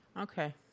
Okay